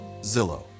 Zillow